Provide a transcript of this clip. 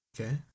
Okay